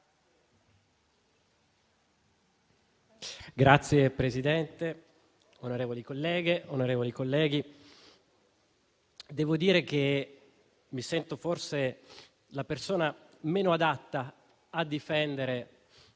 Signor Presidente, onorevoli colleghe e colleghi, devo dire che mi sento forse la persona meno adatta a difendere